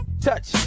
Touch